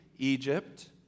Egypt